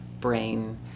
brain